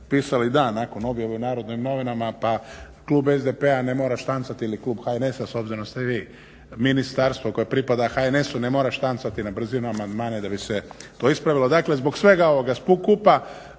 napisali dan nakon objave u "Narodnim novinama" pa klub SDP-a ne mora štancat ili klub HNS-a, s obzirom da ste vi ministarstvo koje pripada HNS-u, ne mora štancati na brzinu amandmane da bi se to ispravilo. Dakle, zbog svega ovoga skupa